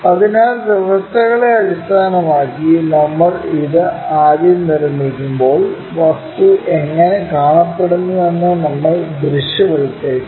അതിനാൽ വ്യവസ്ഥകളെ അടിസ്ഥാനമാക്കി നമ്മൾ ഇത് ആദ്യം നിർമ്മിക്കുമ്പോൾ വസ്തു എങ്ങനെ കാണപ്പെടുന്നുവെന്ന് നമ്മൾ ദൃശ്യവൽക്കരിക്കണം